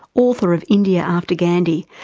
author of india after gandhi,